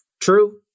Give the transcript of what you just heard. True